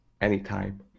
anytime